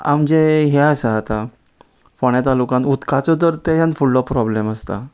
आमचे हे आसा आतां फोण्या तालुकान उदकाचो तर तेच्यान फुडलो प्रोब्लेम आसता